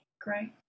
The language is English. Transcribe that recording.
Great